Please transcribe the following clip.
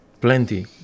Plenty